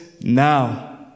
now